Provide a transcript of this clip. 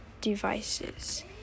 devices